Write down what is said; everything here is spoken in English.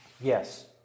Yes